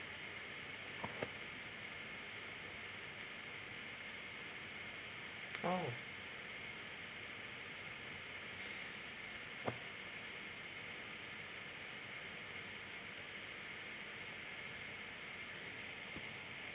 oh